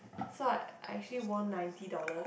so I I actually won ninety dollars